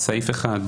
בסעיף 1,